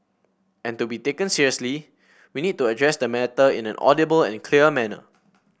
and to be taken seriously we need to address the matter in an audible and clear manner